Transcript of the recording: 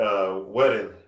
wedding